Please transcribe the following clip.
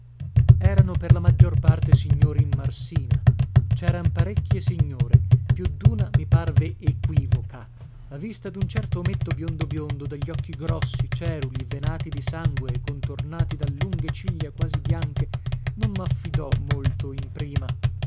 erano per la maggior parte signori in marsina ceran parecchie signore più duna mi parve equivoca la vista dun certo ometto biondo biondo dagli occhi grossi ceruli venati di sangue e contornati da lunghe ciglia quasi bianche non maffidò molto in prima